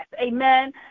Amen